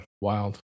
wild